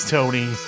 Tony